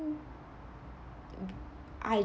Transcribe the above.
I